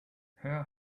her